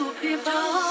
people